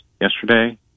yesterday